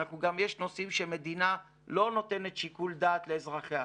יש נושאים שבהם מדינה לא נותנת שיקול דעת לאזרחיה.